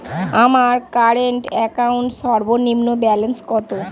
আমার current account সর্বনিম্ন balance কত?